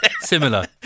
Similar